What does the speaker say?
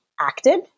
acted